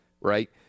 right